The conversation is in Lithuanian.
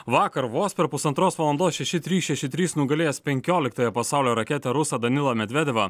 vakar vos per pusantros valandos šeši trys šeši trys nugalėjęs penkioliktąją pasaulio raketę rusą danilą medvedevą